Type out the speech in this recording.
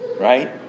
Right